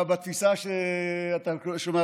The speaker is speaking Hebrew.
שבאמת עומד מאחורי היום הזה כבר הרבה שנים,